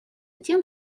тем